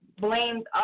blamed